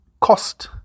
cost